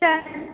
सएह